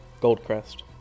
Goldcrest